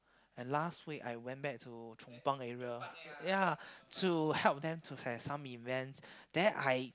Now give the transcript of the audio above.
and last week I went back to Chong-pang area ya to help them to have some events then I